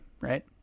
right